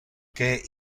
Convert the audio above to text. que